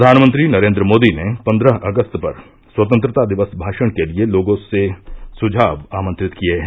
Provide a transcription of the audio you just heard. प्रधानमंत्री नरेन्द्र मोदी ने पन्द्रह अगस्त पर स्वतंत्रता दिवस भाषण के लिए लोगों से सुझाव आमंत्रित किए हैं